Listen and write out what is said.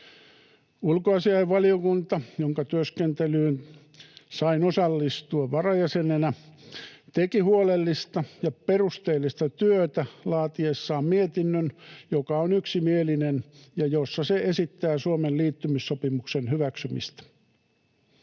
Ulkoasiainvaliokunta, jonka työskentelyyn sain osallistua varajäsenenä, teki huolellista ja perusteellista työtä laatiessaan mietinnön, joka on yksimielinen ja jossa se esittää Suomen liittymissopimuksen hyväksymistä.